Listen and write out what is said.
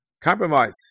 compromise